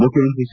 ಮುಖ್ಯಮಂತ್ರಿ ಎಚ್